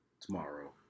tomorrow